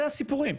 זה הסיפורים.